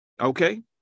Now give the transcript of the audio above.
Okay